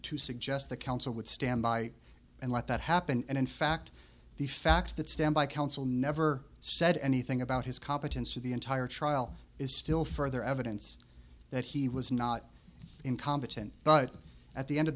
to suggest the council would stand by and let that happen and in fact the fact that standby counsel never said anything about his competence to the entire trial is still further evidence that he was not incompetent but at the end of